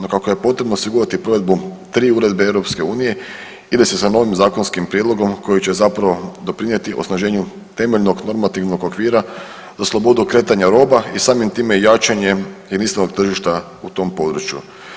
No kako je potrebno osigurati provedbu tri Europske uredbe ide se sa novim zakonskim prijedlogom koji će zapravo doprinijeti osnaženju temeljnog normativnog okvira za slobodu kretanja roba i samim time i jačanjem emisionog tržišta u tom području.